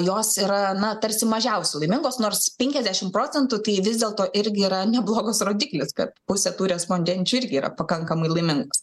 jos yra na tarsi mažiausiai laimingos nors penkiasdešimt procentų tai vis dėlto irgi yra neblogas rodiklis kad pusė tų respondenčių irgi yra pakankamai laimingos